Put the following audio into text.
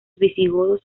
visigodos